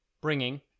bringing